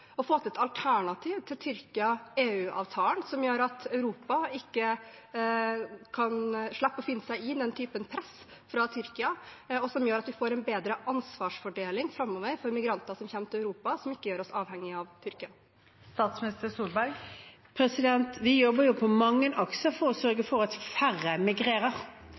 å få til et alternativ til Tyrkia–EU-avtalen som gjør at Europa slipper å finne seg i den typen press fra Tyrkia, og som gjør at vi får en bedre ansvarsfordeling framover for migranter som kommer til Europa, som ikke gjør oss avhengig av Tyrkia. Vi jobber langs mange akser for å sørge for at færre migrerer.